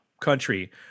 country